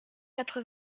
quatre